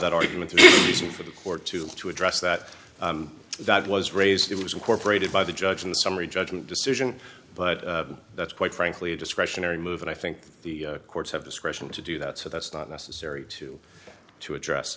that argument to be easy for the court to to address that that was raised it was incorporated by the judge in the summary judgment decision but that's quite frankly a discretionary move and i think the courts have discretion to do that so that's not necessary to to address